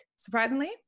surprisingly